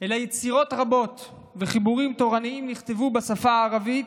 אלא יצירות רבות וחיבורים תורניים נכתבו בשפה הערבית,